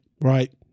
right